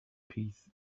piece